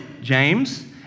James